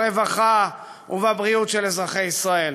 ברווחה ובבריאות של אזרחי ישראל.